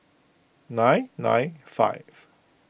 nine nine five